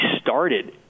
started